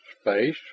Space